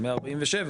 על 147,